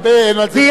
פי-ארבעה.